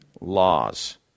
laws